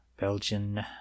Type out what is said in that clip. Belgian